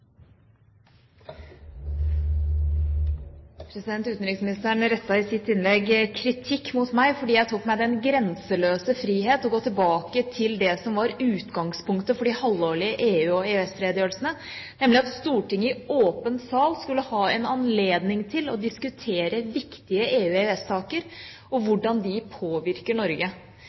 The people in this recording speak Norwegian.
Utenriksministeren rettet i sitt innlegg kritikk mot meg fordi jeg tok meg den grenseløse frihet å gå tilbake til det som var utgangspunktet for de halvårlige EU- og EØS-redegjørelsene, nemlig at Stortinget i åpen sal skulle ha anledning til å diskutere viktige EU- og EØS-saker og hvordan de påvirker Norge.